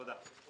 תודה.